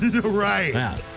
Right